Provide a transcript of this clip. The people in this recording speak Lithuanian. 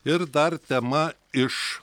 ir dar tema iš